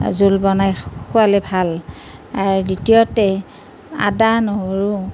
জোল বনাই খোৱালে ভাল আৰু দ্বিতীয়তে আদা নহৰু